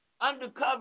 undercover